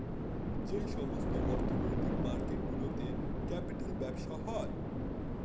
যেই সমস্ত অর্থনৈতিক মার্কেট গুলোতে ক্যাপিটাল ব্যবসা হয়